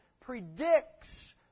predicts